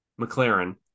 McLaren